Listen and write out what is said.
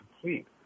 complete